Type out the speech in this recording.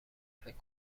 فکر